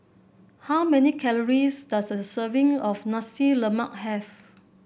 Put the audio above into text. how many calories does a serving of Nasi Lemak have